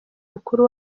mukuru